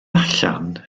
allan